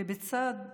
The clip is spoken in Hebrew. בצד השני,